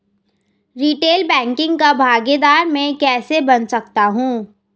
Retail banking का भागीदार मैं कैसे बन सकता हूँ?